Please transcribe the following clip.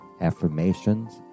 affirmations